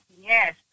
Yes